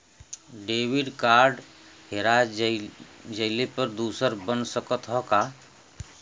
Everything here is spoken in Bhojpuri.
डेबिट कार्ड हेरा जइले पर दूसर बन सकत ह का?